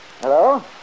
Hello